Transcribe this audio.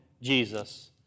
Jesus